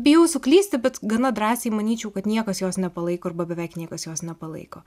bijau suklysti bet gana drąsiai manyčiau kad niekas jos nepalaiko arba beveik niekas jos nepalaiko